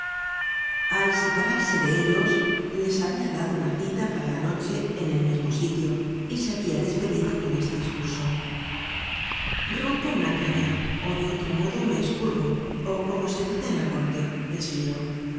ai separarse de ellos les habia dado una cita para la noche en el mismo sitio y se habia despedido con este discurso rompo una caña ó de otro modo me escurro ó como se dice en la córte desfilo